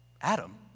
Adam